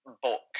book